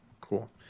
cool